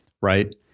right